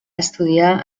estudiar